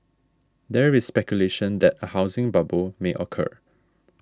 there is speculation that a housing bubble may occur